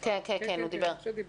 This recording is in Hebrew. כן, הוא דיבר.